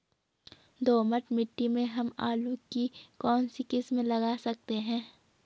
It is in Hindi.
दोमट मिट्टी में हम आलू की कौन सी किस्म लगा सकते हैं?